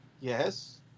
Yes